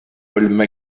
paul